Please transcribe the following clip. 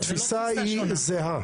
התפיסה היא זהה.